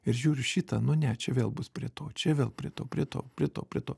ir žiūriu šitą nu ne čia vėl bus prie to čia vėl prie to prie to prie to prie to